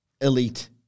elite